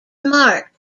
marked